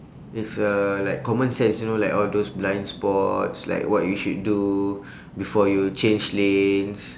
it's uh like common sense you know like all those blind spots like what you should do before you change lanes